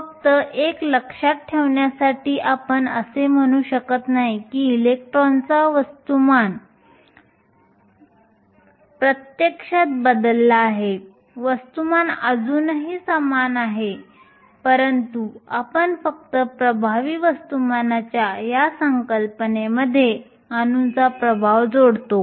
फक्त एक लक्षात ठेवण्यासाठी आपण असे म्हणू शकत नाही की इलेक्ट्रॉनचा वस्तुमान प्रत्यक्षात बदलला आहे वस्तुमान अजूनही समान आहे परंतु आपण फक्त प्रभावी वस्तुमानाच्या या संकल्पनेमध्ये अणूंचा प्रभाव जोडतो